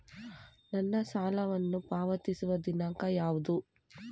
ನನ್ನ ಸಾಲವನ್ನು ಪಾವತಿಸುವ ದಿನಾಂಕ ಯಾವುದು?